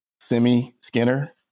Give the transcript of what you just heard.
semi-skinner